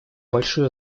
большую